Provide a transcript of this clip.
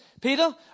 Peter